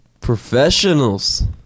Professionals